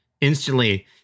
instantly